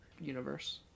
universe